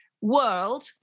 world